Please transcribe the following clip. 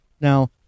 now